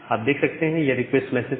आप देख सकते हैं यह रिक्वेस्ट मैसेज था